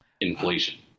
Inflation